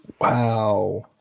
Wow